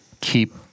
keep